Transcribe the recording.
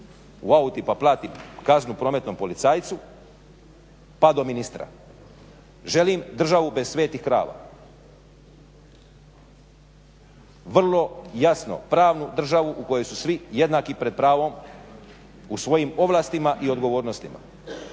u autu pa plati kaznu prometnom policajcu pa do ministra. Želim državu bez "svetih krava". Vrlo jasno, pravnu državu u kojoj su svi jednaki pred pravom u svojim ovlastima i odgovornostima.